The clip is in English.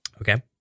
okay